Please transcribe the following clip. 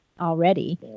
already